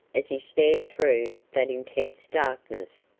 as he stared through that intense darkness,